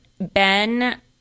ben